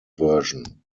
version